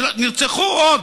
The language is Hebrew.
נרצחו עוד.